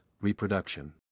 reproduction